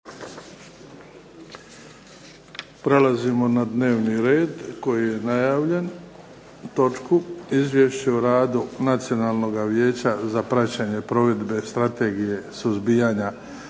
Prelazimo na dnevni red koji je najavljen, točku –- Izvješće o radu Nacionalnog vijeća za praćenje provedbe strategije suzbijanja